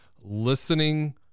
listening